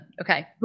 Okay